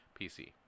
PC